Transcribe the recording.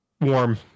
warm